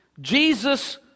Jesus